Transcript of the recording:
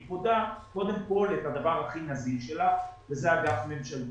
היא פודה קודם כל את הדבר הכי נזיל שלה וזה אג"ח ממשלתי.